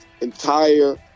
entire